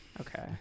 Okay